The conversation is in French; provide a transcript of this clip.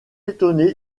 étonné